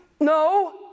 No